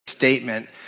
Statement